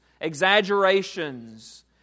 exaggerations